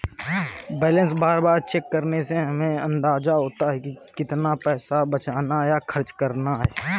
balance बार बार check करने से हमे अंदाज़ा होता है की कितना पैसा बचाना या खर्चना है